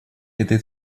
этой